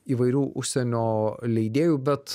įvairių užsienio leidėjų bet